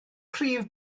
prif